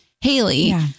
Haley